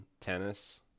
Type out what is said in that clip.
Tennis